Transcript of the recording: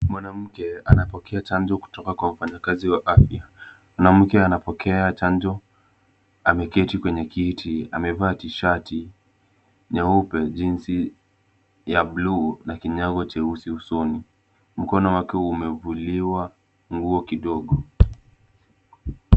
Mwanamke anapokea chanjo kutoka kwa mfanyakazi wa afya. Mwanamke anapokea chanjo. Ameketi kwenye kiti. Amevaa tishati nyeupe, jeans ya blue na kinyago cheusi usoni. Mkono wake umevuliwa nguo kidogo.